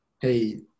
hey